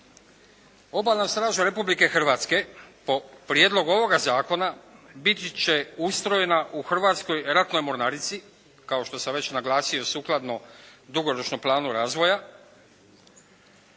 Obalna straža Republike Hrvatske po prijedlogu ovoga Zakona biti će ustrojena u Hrvatskoj ratnoj mornarici, kao što sam već naglasio sukladno dugoročnom planu razvoja,